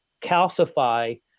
calcify